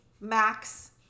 max